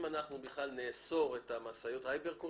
אם נוכל, את משאיות הייבר.